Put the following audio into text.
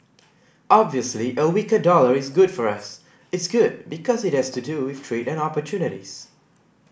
obviously a weaker dollar is good for us it's good because it has to do with trade and opportunities